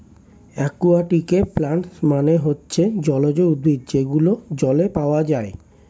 একুয়াটিকে প্লান্টস মানে হচ্ছে জলজ উদ্ভিদ যেগুলো জলে পাওয়া যায়